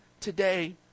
today